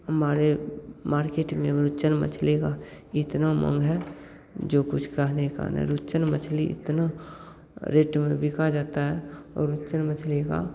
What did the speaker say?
हमारे मार्केट में रुच्चन मछली का इतना माँग है जो कुछ कहने का नहीं है रुच्चन मछली इतना रेट में बिका जाता है और रुच्चन मछली का